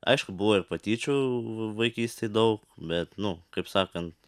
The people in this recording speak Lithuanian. aišku buvo ir patyčių vaikystėj daug bet nu kaip sakant